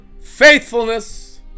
faithfulness